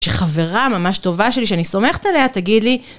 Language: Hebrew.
שחברה ממש טובה שלי, שאני סומכת עליה, תגיד לי.